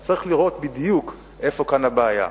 אז צריך לראות בדיוק איפה כאן הבעיה.